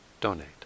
donate